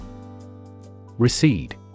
Recede